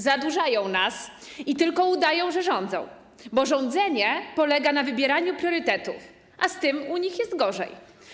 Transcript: Zadłużają nas i tylko udają, że rządzą, bo rządzenie polega na wybieraniu priorytetów, a z tym u nich jest gorzej.